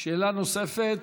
שאלה נוספת,